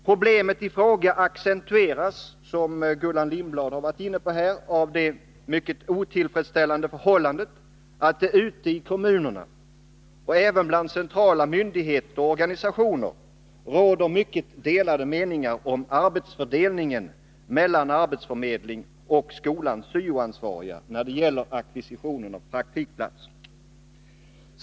Detta problem accentueras, som Gullan Lindblad varit inne på, av det djupt otillfredsställande förhållandet att det ute i kommunerna — och även bland centrala myndigheter och organisationer — råder mycket delade meningar om arbetsfördelningen mellan arbetsförmedling och skolans syo-ansvariga när det gäller ackvisition av praktikplatser.